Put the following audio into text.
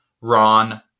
Ron